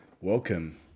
Welcome